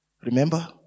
Remember